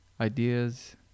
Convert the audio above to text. ideas